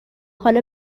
حالا